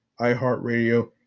iHeartRadio